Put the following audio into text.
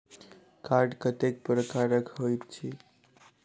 Card कतेक प्रकारक होइत छैक?